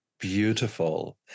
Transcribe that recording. Beautiful